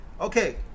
okay